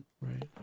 Right